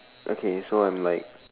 okay so I'm like